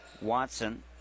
Watson